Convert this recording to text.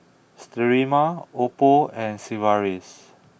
Sterimar Oppo and Sigvaris